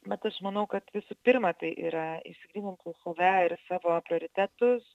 bet aš manau kad visų pirma tai yra išsigryninti save ir savo prioritetus